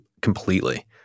completely